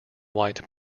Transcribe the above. white